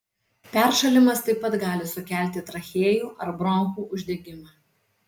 peršalimas taip pat gali sukelti trachėjų ar bronchų uždegimą